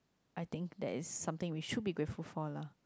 I think that is something we should be grateful for lah